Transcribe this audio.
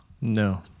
No